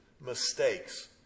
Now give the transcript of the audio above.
mistakes